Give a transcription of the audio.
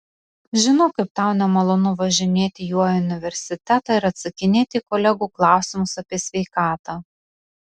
žinau kaip tau nemalonu važinėti juo į universitetą ir atsakinėti į kolegų klausimus apie sveikatą